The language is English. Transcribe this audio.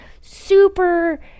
super